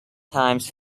times